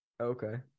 Okay